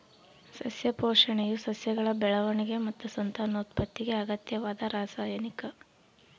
ಸಸ್ಯ ಪೋಷಣೆಯು ಸಸ್ಯಗಳ ಬೆಳವಣಿಗೆ ಮತ್ತು ಸಂತಾನೋತ್ಪತ್ತಿಗೆ ಅಗತ್ಯವಾದ ರಾಸಾಯನಿಕ